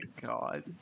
god